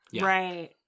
Right